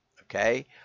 okay